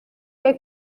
que